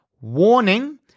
warning